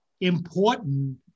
important